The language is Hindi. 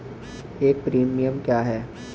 एक प्रीमियम क्या है?